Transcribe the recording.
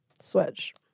Switch